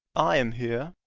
i am here.